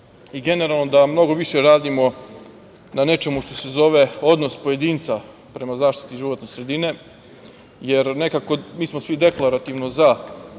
moramo mnogo više da radimo na nečemu što se zove odnos pojedinca prema zaštiti životne sredine, jer nekako mi smo svi deklarativno za